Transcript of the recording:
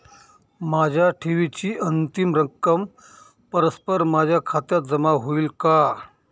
माझ्या ठेवीची अंतिम रक्कम परस्पर माझ्या खात्यात जमा होईल का?